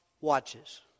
watches